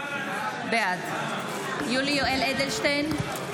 בעד יולי יואל אדלשטיין,